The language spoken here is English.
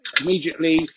immediately